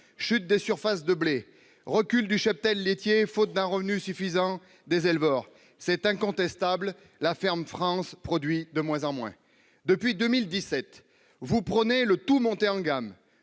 chute des surfaces de blé, recul du cheptel laitier faute d'un revenu suffisant pour les éleveurs ... C'est incontestable, la ferme France produit de moins en moins. Depuis 2017, vous prônez la montée en gamme